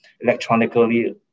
electronically